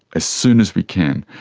as soon as we can.